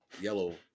yellow